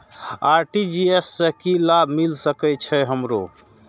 RTGS से की लाभ मिल सके छे हमरो?